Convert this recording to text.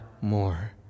more